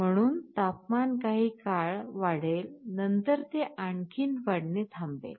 म्हणून तापमान काही काळ वाढेल नंतर ते आणखी वाढणे थांबेल